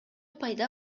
пайда